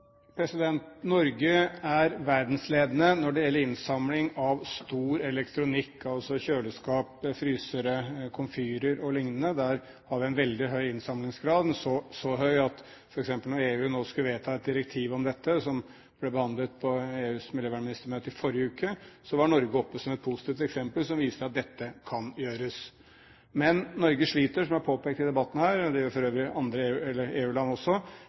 Norge er verdensledende når det gjelder innsamling av stor elektronikk, altså kjøleskap, frysere, komfyrer o.l. Der har vi en veldig høy innsamlingsgrad – så høy at f.eks. når EU nå skulle vedta et direktiv om dette, som ble behandlet på EUs miljøvernministermøte i forrige uke, var Norge oppe som et positivt eksempel, som viser at dette kan gjøres. Men, som det er påpekt i debatten her, sliter Norge – det gjør for øvrig andre